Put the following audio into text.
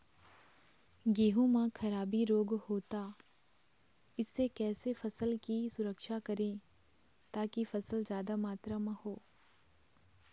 गेहूं म खराबी रोग होता इससे कैसे फसल की सुरक्षा करें ताकि फसल जादा मात्रा म हो?